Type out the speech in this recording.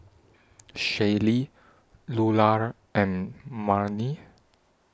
Shaylee Lular and Marni